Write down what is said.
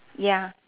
ya